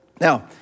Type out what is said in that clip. Now